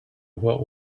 what